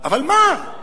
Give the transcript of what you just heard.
אבל מה?